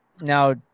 Now